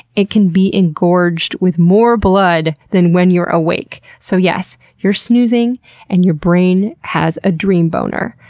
it can be engorged with more blood than when you're awake. so yes, you're snoozing and your brain has a dream boner.